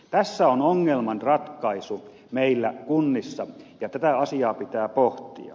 tässä on ongelman ratkaisu meillä kunnissa ja tätä asiaa pitää pohtia